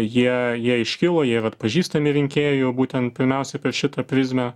jie jie iškilo jie yra atpažįstami rinkėjų būtent pirmiausia per šitą prizmę